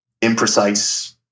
imprecise